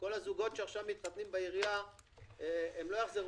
אם הדרישה כל פעם תהיה לראות את החצי שנה שקדמה זה ייצור